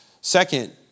Second